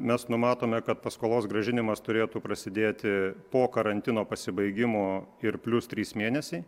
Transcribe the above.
mes numatome kad paskolos grąžinimas turėtų prasidėti po karantino pasibaigimo ir plius trys mėnesiai